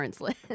list